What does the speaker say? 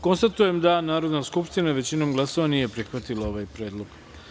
Konstatujem da Narodna skupština većinom glasova nije prihvatila ovaj predlog.